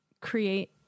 create